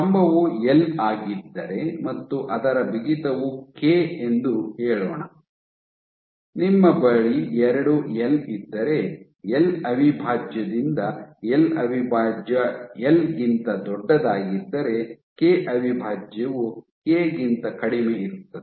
ಸ್ತಂಭವು L ಆಗಿದ್ದರೆ ಮತ್ತು ಅದರ ಬಿಗಿತವು ಕೆ ಎಂದು ಹೇಳೋಣ ನಿಮ್ಮ ಬಳಿ ಎರಡು ಎಲ್ ಇದ್ದರೆ ಎಲ್ ಅವಿಭಾಜ್ಯದಿಂದ ಎಲ್ ಅವಿಭಾಜ್ಯ ಎಲ್ ಗಿಂತ ದೊಡ್ಡದಾಗಿದ್ದರೆ ಕೆ ಅವಿಭಾಜ್ಯವು ಕೆ ಗಿಂತ ಕಡಿಮೆಯಿರುತ್ತದೆ